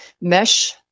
mesh